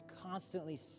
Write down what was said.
constantly